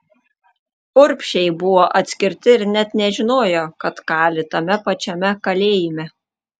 urbšiai buvo atskirti ir net nežinojo kad kali tame pačiame kalėjime